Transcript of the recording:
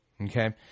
Okay